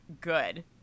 good